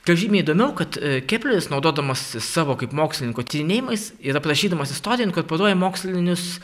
kas žymiai įdomiau kad kepleris naudodamasis savo kaip mokslininko tyrinėjimais ir aprašydamas istoriją inkorporuoja mokslinius